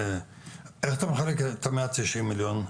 איך אתה מחלק את המאה תשעים מיליון?